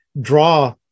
draw